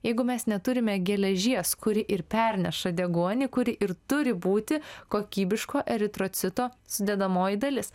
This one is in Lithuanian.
jeigu mes neturime geležies kuri ir perneša deguonį kuri ir turi būt kokybiško eritrocito sudedamoji dalis